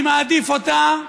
אני מעדיף אותה.